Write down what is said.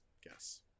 guess